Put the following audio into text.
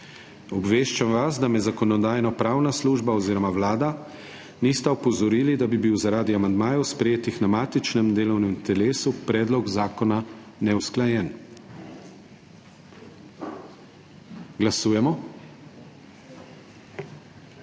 Obveščam vas, da me Zakonodajno-pravna služba oziroma Vlada nista opozorili, da bi bil zaradi amandmajev, sprejetih na matičnem delovnem telesu, predlog zakona neusklajen. Glasujemo.